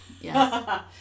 Yes